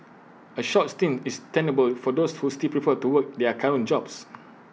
A short stint is tenable for those who still prefer to work in their current jobs